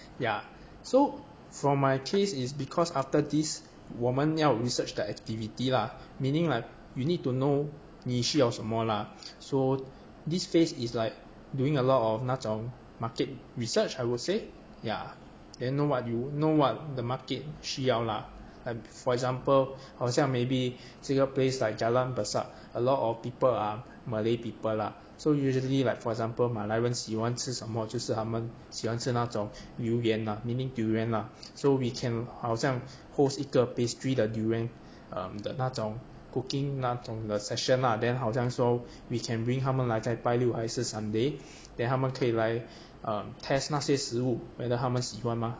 ya so from my chase is because after this 我们要 research their activity lah meaning like you need to know 你需要什么 lah so this phase is like doing a lot of 那种 market research I will say yeah then know what you know what the market 需要 la like for example 好像 maybe 这个 place like jalan besar a lot of people are malay people lah so usually like for example 马来人喜欢吃什么就是他们喜欢吃那种榴莲啦 meaning durian lah so we can 好像 host 一个 pastry the durian um 的那种 cooking 那种的 session lah then 好像说 we can bring 他们来在拜六还是 sunday then 他们可以来 um test 那些食物 whether 他们喜欢吗